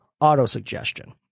auto-suggestion